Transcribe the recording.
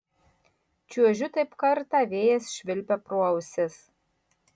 čiuožiu taip kartą vėjas švilpia pro ausis